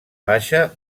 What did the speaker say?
baixa